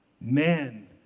men